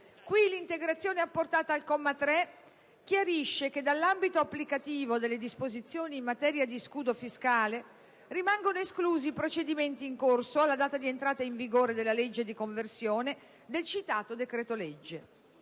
L'integrazione apportata al comma 3 chiarisce che dall'ambito applicativo delle disposizioni in materia di scudo fiscale rimangono esclusi i procedimenti in corso alla data di entrata in vigore della legge di conversione del citato decreto legge.